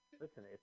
Listen